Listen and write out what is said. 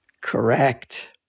correct